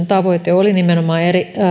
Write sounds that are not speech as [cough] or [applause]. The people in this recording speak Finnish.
[unintelligible] tavoite oli nimenomaan